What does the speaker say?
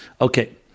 Okay